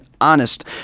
honest